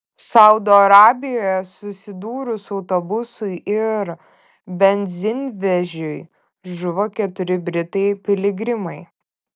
saudo arabijoje susidūrus autobusui ir benzinvežiui žuvo keturi britai piligrimai